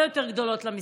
טיפול הרבה יותר יקר.